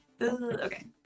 okay